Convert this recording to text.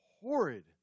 horrid